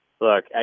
Look